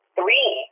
Three